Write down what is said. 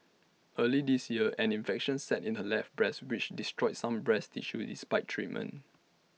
early this year an infection set in her left breast which destroyed some breast tissue despite treatment